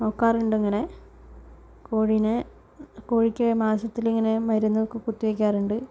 നോക്കാറുണ്ടങ്ങനെ കോഴീനെ കോഴിക്ക് മാസത്തിലിങ്ങനെ മരുന്നൊക്കെ കുത്തി വയ്ക്കാറുണ്ട്